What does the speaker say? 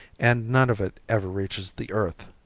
and none of it ever reaches the earth.